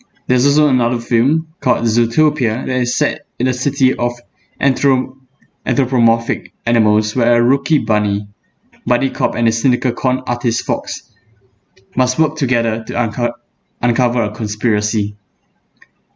there's also another film called zootopia that is set in a city of anthrom~ anthropomorphic animals where a rookie bunny buddy cop and a cynical con artist fox must work together to unco~ uncover a conspiracy